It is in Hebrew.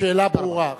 השאלה ברורה.